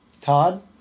Todd